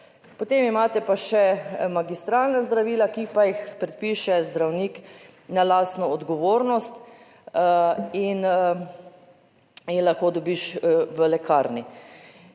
Potem imate pa še magistralna zdravila, ki pa jih predpiše zdravnik na lastno odgovornost. In ji lahko dobiš v lekarni.